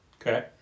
Okay